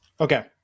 okay